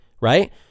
right